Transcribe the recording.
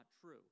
true